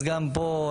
אז גם פה,